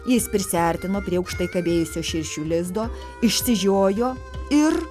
jis prisiartino prie aukštai kabėjusio širšių lizdo išsižiojo ir